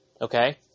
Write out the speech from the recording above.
Okay